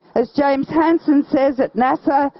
as james hansen says at nasa,